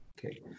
Okay